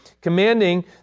commanding